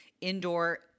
indoor